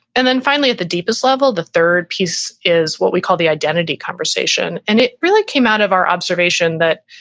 and then finally at the deepest level, the third piece is what we call the identity conversation. and it really came out of our observation that,